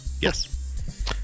Yes